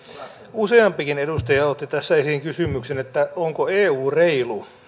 useampikin edustaja otti tässä esiin kysymyksen onko eu reilu